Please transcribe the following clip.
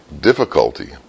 difficulty